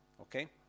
okay